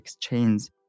chains